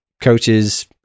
coaches